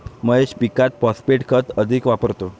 महेश पीकात फॉस्फेट खत अधिक वापरतो